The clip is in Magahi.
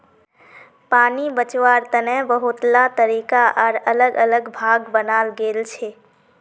पानी बचवार तने बहुतला तरीका आर अलग अलग भाग बनाल गेल छे